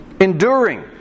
Enduring